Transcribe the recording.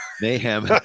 mayhem